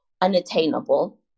unattainable